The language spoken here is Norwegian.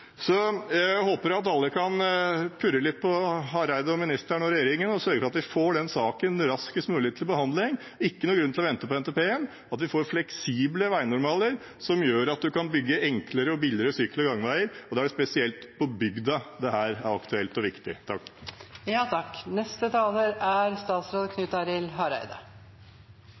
Så jeg håper at alle kan purre litt på statsråd Hareide og regjeringen og sørge for at vi får denne saken raskest mulig til behandling. Det er ikke noen grunn til å vente på NTP-en med å få fleksible veinormaler som gjør at man kan bygge enklere og billigere sykkel- og gangveier. Og det er spesielt på bygda dette er aktuelt og viktig.